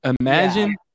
imagine